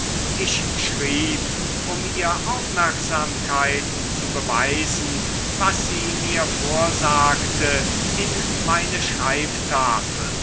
ich schrieb um ihr aufmerksamkeit zu beweisen was sie mir vorsagte in meine